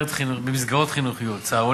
שר החינוך היה פה, היית צריכה לשאול אותו.